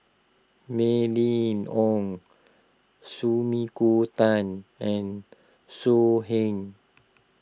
Mylene Ong Sumiko Tan and So Heng